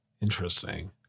Interesting